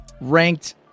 ranked